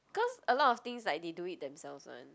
cause a lot of things like they do it themselves [one]